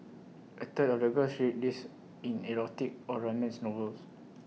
A third of the girls read these in erotic or romance novels